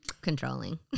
Controlling